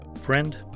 Friend